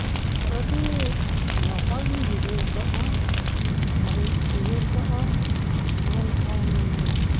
ᱟᱹᱰᱤ ᱱᱟᱯᱟᱭ ᱜᱤᱧ ᱵᱩᱡᱷᱟᱹᱣ ᱟᱠᱟᱫᱼᱟ ᱟᱨᱤᱧ ᱩᱭᱦᱟᱹᱨ ᱟᱠᱟᱫᱼᱟ ᱢᱮᱱᱠᱷᱟᱱ